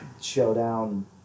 Showdown